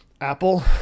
Apple